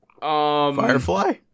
Firefly